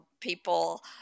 people